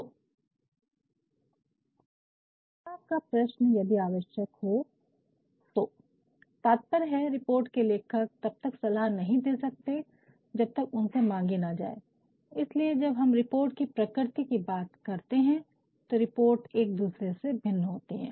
तो सलाह का प्रश्न यदि आवश्यक हो तात्पर्य है रिपोर्ट के लेखक तब तक सलाह नहीं दे सकते हैं जब तक कि उनसे सलाह मांगी ना जाए इसीलिए जब हम रिपोर्ट की प्रकृति की बात करते हैं तो रिपोर्ट एक दूसरे से भिन्न होती है